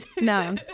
No